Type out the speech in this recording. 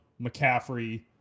McCaffrey